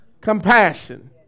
compassion